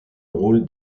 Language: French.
rôle